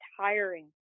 tiring